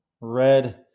red